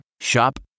Shop